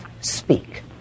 speak